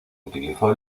utilizó